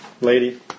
lady